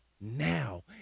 now